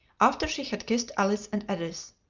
after she had kissed alice and edith.